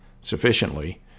sufficiently